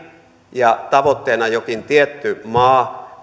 ja tavoitteena on jokin tietty maa